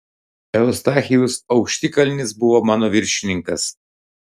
eustachijus aukštikalnis buvo mano viršininkas